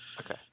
Okay